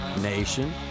nation